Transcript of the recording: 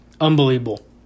Unbelievable